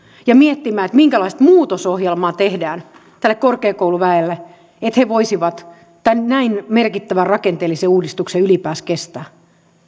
ja miettimään minkälaista muutosohjelmaa tehdään tälle korkeakouluväelle että he voisivat tämän näin merkittävän rakenteellisen uudistuksen ylipäänsä kestää